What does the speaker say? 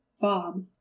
bob